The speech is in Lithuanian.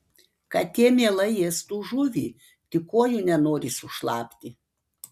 katė mielai ėstų žuvį tik kojų nenori sušlapti